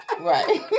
Right